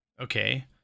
Okay